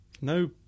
No